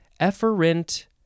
efferent